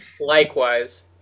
Likewise